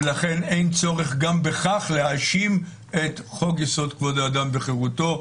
ולכן אין צורך גם בכך להאשים את חוק-יסוד: כבוד האדם וחירותו,